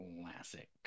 Classic